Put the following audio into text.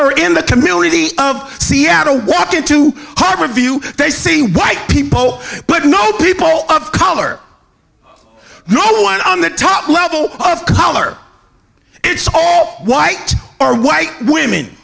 are in the community of seattle walk into harbor view they see white people but no people of color no one on the top level of color it's all white or white women